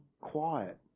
quiet